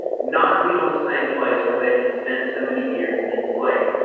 not be on the same place where they had spent so many years enslaved.